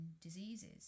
diseases